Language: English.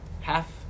Half